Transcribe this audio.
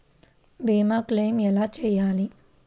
భీమ క్లెయిం ఎలా చేయాలి?